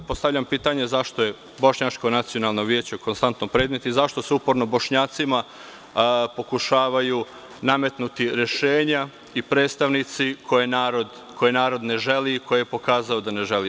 Postavljam pitanje zašto je Bošnjačko nacionalno vijeće konstantno predmet i zašto se uporno Bošnjacima pokušavaju nametnuti rešenja i predstavnici koje narod ne želi, koje je pokazao da ne želi.